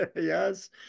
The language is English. Yes